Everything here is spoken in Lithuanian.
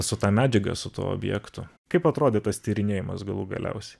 su ta medžiaga su tuo objektu kaip atrodė tas tyrinėjimas galų galiausiai